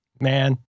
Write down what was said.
Man